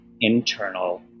internal